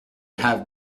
have